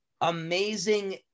amazing